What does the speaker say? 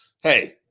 hey